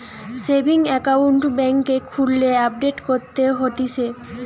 savings account বেংকে খুললে update করতে হতিছে